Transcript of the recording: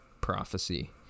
prophecy